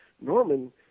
Norman